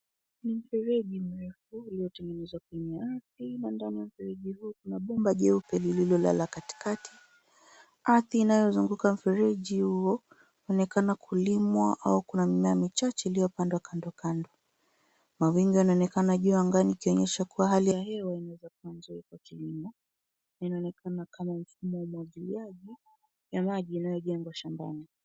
Ni mfereji mrefu ulio tengenezwa kwenye ardhi , mfereji huu uko na bomba jeupe lililo lala katikati. Ardhi inayozunguka mfereji huo una onekana kulimwa au kuna mimea michache iliyo pandwa kando kando. Mawingu yanaonekana juu angani ikionyesha kuwa hali ya hewa inaweza kuwa mzuri ya kilimo. Ina onekana kama mfumo wa umwagiliaji ya maji inayo jengwa shambani.